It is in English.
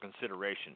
consideration